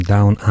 Down